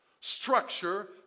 structure